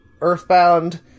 earthbound